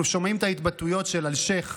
אנחנו שומעים את ההתבטאויות של אלשיך